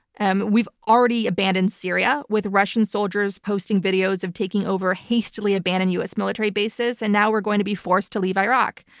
and we've already abandoned syria with russian soldiers posting videos of taking over hastily abandoned us military bases and now we're going to be forced to leave iraq.